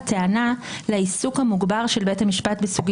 יש כרגע הצעת חוק שמונחת על השולחן,